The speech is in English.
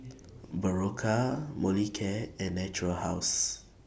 Berocca Molicare and Natura House